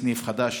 יש סניף חדש